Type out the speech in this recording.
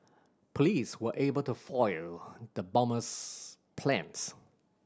police were able to foil the bomber's plans